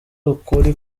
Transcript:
ukuri